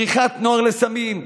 בריחת נוער לסמים,